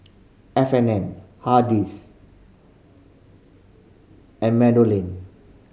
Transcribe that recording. F and N Hardy's and MeadowLea